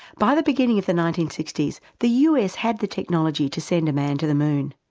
by the beginning of the nineteen sixty s the us had the technology to send a man to the moon.